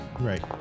Right